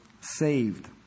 saved